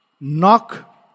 knock